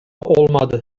olmadı